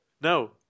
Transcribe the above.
no